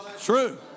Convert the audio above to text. True